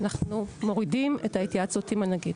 אנחנו מורידים את ההתייעצות עם הנגיד.